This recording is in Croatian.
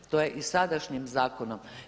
To je i sadašnjim zakonom.